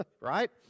right